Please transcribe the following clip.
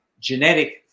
genetic